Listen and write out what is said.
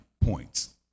points